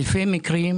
על אלפי מקרים,